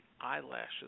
eyelashes